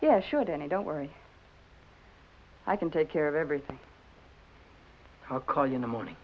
yes shouldn't i don't worry i can take care of everything i'll call you in the morning